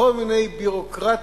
בכל מיני ביורוקרטיות,